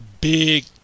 big